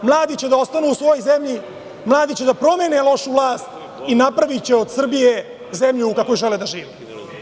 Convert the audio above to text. Mladi će da ostanu u svojoj zemlji, mladi će da promene lošu vlast i napraviće od Srbije zemlju u kakvoj žele da žive.